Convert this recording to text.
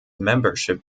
membership